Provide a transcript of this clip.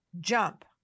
jump